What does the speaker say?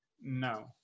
No